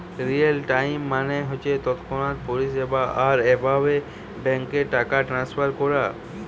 real time মানে হচ্ছে তৎক্ষণাৎ পরিষেবা আর এভাবে ব্যাংকে টাকা ট্রাস্নফার কোরে